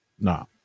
No